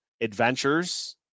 adventures